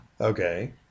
Okay